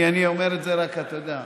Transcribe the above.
אני אומר את זה רק, אתה יודע.